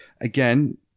again